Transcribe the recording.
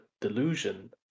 delusion